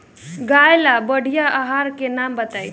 गाय ला बढ़िया आहार के नाम बताई?